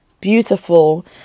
Beautiful